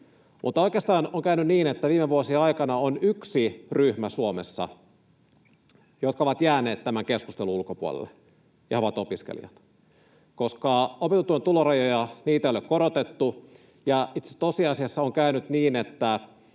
oikeastaan on käynyt niin, että viime vuosien aikana Suomessa on yksi ryhmä, joka on jäänyt tämän keskustelun ulkopuolelle, ja se on opiskelijat. Koska opintotuen tulorajoja ei ole korotettu, tosiasiassa on käynyt niin, että